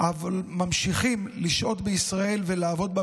אבל ממשיכים לשהות בישראל ולעבוד בה